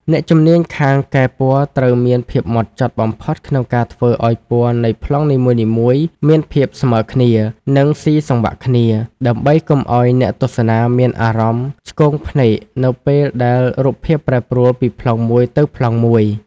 អ្នកជំនាញខាងកែពណ៌ត្រូវមានភាពហ្មត់ចត់បំផុតក្នុងការធ្វើឱ្យពណ៌នៃប្លង់នីមួយៗមានភាពស្មើគ្នា និងស៊ីសង្វាក់គ្នា ដើម្បីកុំឱ្យអ្នកទស្សនាមានអារម្មណ៍ឆ្គងភ្នែកនៅពេលដែលរូបភាពប្រែប្រួលពីប្លង់មួយទៅប្លង់មួយ។